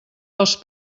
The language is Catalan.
dels